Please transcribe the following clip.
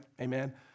Amen